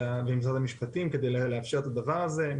משרד המשפטים, כדי לאפשר את הדבר הזה.